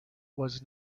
was